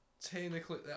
technically